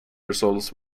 results